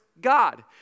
God